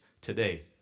today